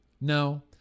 No